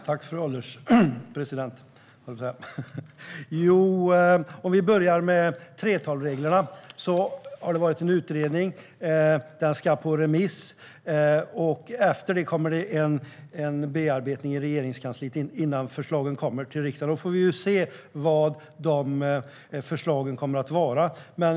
Fru ålderspresident! Låt mig börja med 3:12-reglerna. Det har gjorts en utredning, och den ska ut på remiss. Sedan sker en beredning i Regeringskansliet innan förslagen kommer till riksdagen och vi får se vilka dessa förslag är.